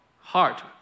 heart